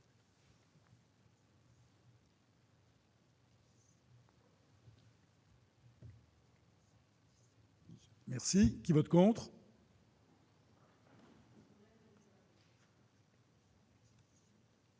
Merci qui vote contre.